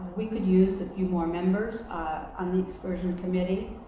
we can use a few more members on the excursion committee.